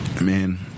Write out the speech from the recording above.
man